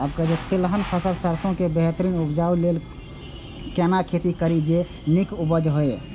तिलहन फसल सरसों के बेहतरीन उपजाऊ लेल केना खेती करी जे नीक उपज हिय?